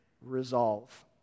resolve